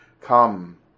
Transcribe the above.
come